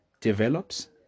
develops